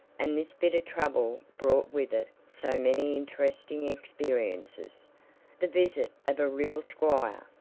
and this bit of trouble brought with it so many interesting experiences the visit of a real squire,